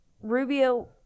Rubio